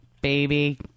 Baby